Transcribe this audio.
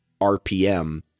RPM